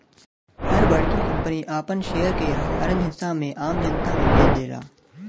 हर बड़की कंपनी आपन शेयर के हजारन हिस्सा में आम जनता मे बेच देला